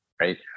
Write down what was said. right